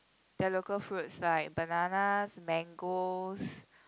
their local fruits like bananas mangoes